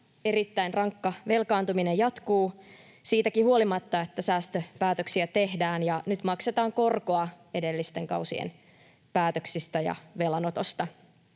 Erittäin rankka velkaantuminen jatkuu siitäkin huolimatta, että säästöpäätöksiä tehdään. Nyt maksetaan korkoa edellisten kausien päätöksistä ja velanotosta.